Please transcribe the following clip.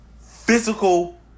physical